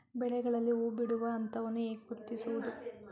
ಬೆಳೆಗಳಲ್ಲಿ ಹೂಬಿಡುವ ಹಂತವನ್ನು ಹೇಗೆ ಗುರುತಿಸುವುದು?